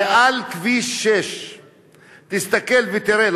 מעל כביש 6. תסתכל ותראה,